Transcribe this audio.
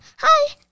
Hi